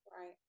Right